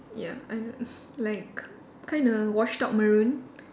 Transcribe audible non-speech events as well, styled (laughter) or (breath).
ya I (breath) like kinda washed out maroon